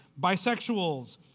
bisexuals